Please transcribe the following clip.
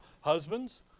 Husbands